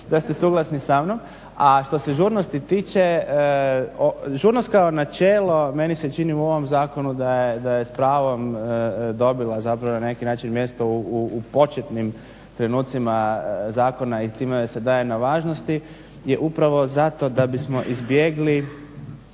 da ste suglasni samnom. A što se žurnosti tiče, žurnost kao načelo, meni se čini u ovom zakonu da je s pravom dobila zapravo na neki način mjesto u početnim trenucima zakona i time joj se daje na važnosti jer upravo zato da bismo izbjegli